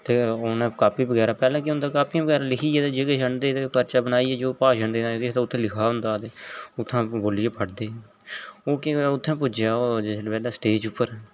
उत्थें गै उनें कापी बगैरा पैह्ले केह् हुंदा हा कापी बगैरा लिखिया जे किश आहंदे हे परचा बनाई जो भाशन देना ओह् उत्थें लिखा होंदा हा ते उत्था बोलिये पढ़दे हे ओह् केह् होया उत्थें पुज्जेया ओंह् जिस बैले स्टेज उप्पर